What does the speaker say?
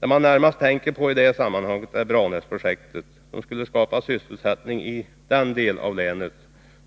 Det man närmast tänker på i detta sammanhang är Branäsprojektet, som skulle skapa sysselsättning i den del av länet